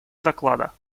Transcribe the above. доклада